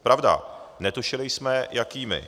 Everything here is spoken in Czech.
Pravda, netušili jsme, jakými.